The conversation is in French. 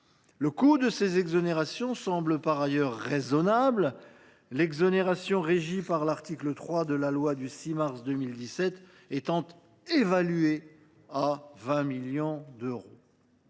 Le coût de ces exonérations semble par ailleurs raisonnable, le montant de l’exonération régie par l’article 3 de la loi du 6 mars 2017 étant évalué à 20 millions d’euros.